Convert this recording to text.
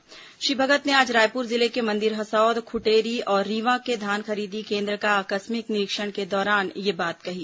द्वारा श्री भगत ने आज रायपुर जिले के मंदिर हसौद खुटेरी और रींवा के धान खरीदी केन्द्र का आकस्मिक निरीक्षण के दौरान यह बात कही